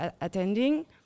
attending